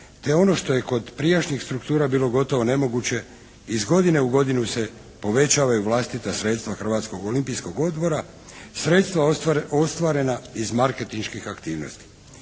te ono što je kod prijašnjih struktura bilo gotovo nemoguće iz godine u godinu se povećavaju vlastita sredstva Hrvatskoj olimpijskog odbora, sredstva ostvarena iz marketinških aktivnosti.